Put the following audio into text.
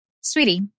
Sweetie